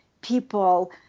people